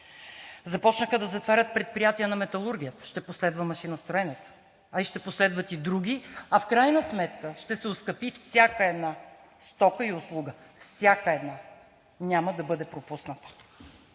Започнаха да затварят предприятия на металургията. Ще последва машиностроенето, а и ще последват, и други, а в крайна сметка ще се оскъпи всяка една стока и услуга – всяка една, няма да бъде пропусната.